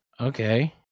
Okay